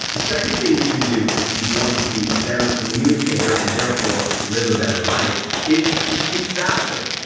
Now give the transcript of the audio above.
the second thing you can do if you want to be a better communicator and therefore live a better life is to speak faster.